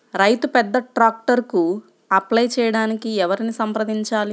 రైతు పెద్ద ట్రాక్టర్కు అప్లై చేయడానికి ఎవరిని సంప్రదించాలి?